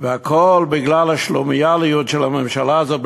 הכול בגלל השלומיאליות של הממשלה הזאת,